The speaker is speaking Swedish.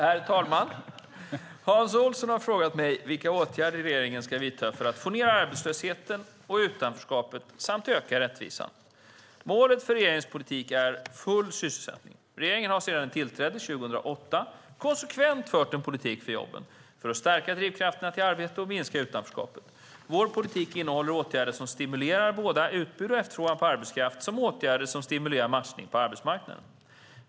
Herr talman! Hans Olsson har frågat mig vilka åtgärder regeringen ska vidta för att få ned arbetslösheten och utanförskapet samt öka rättvisan. Målet för regeringens politik är full sysselsättning. Regeringen har sedan den tillträdde 2006 konsekvent fört en politik för jobben - för att stärka drivkrafterna till arbete och minska utanförskapet. Vår politik innehåller åtgärder som stimulerar både utbud och efterfrågan på arbetskraft samt åtgärder som stimulerar matchningen på arbetsmarknaden.